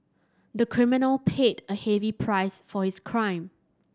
the criminal paid a heavy price for his crime